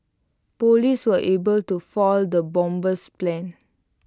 Police were able to foil the bomber's plans